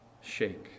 shake